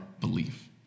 belief